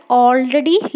already